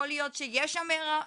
יכול להיות שיש שם אמירה,